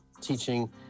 teaching